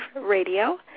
Radio